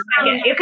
okay